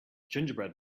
gingerbread